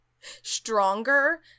stronger